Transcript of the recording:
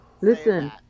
Listen